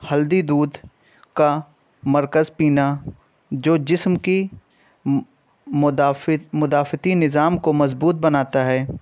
ہلدی دودھ کا مرکب پینا جو جسم کی مدافعتی نظام کو مضبوط بناتا ہے